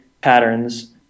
patterns